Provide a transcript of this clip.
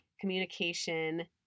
communication